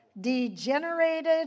degenerated